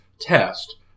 test